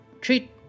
treat